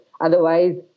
Otherwise